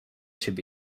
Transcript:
should